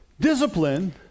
discipline